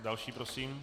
Další prosím.